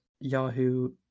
Yahoo